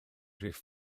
rhif